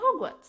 hogwarts